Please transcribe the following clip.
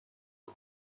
تان